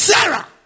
Sarah